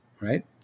right